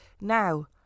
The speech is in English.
Now